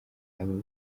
aba